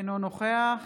אינו נוכח